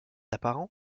apparent